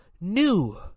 new